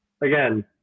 again